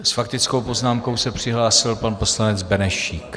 S faktickou poznámkou se přihlásil pan poslanec Benešík.